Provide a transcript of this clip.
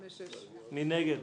להוספת סעיף מטרה לא נתקבלה.